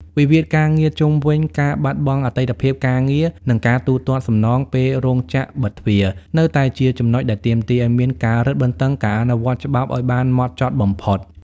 វិវាទការងារជុំវិញការបង់ប្រាក់អតីតភាពការងារ និងការទូទាត់សំណងពេលរោងចក្របិទទ្វារ នៅតែជាចំណុចដែលទាមទារឱ្យមានការរឹតបន្តឹងការអនុវត្តច្បាប់ឱ្យបានហ្មត់ចត់បំផុត។